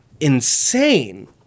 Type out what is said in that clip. insane